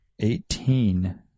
Eighteen